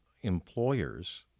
employers